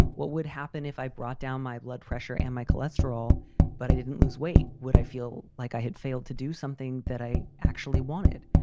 what would happen if i brought down my blood pressure and my cholesterol but i didn't lose weight? would i feel like i had failed to do something that i actually wanted?